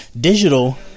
Digital